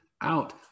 out